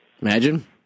Imagine